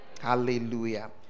hallelujah